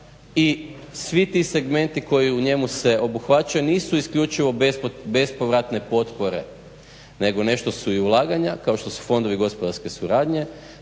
i svi ti segmenti koji se u njemu obuhvaćaju nisu isključivo bespovratne potpore, nego nešto su i ulaganja kao što su fondovi gospodarske suradnje,